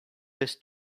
this